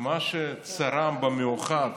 מה שצרם במיוחד